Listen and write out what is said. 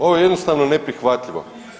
Ovo je jednostavno neprihvatljivo.